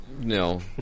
No